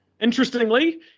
Interestingly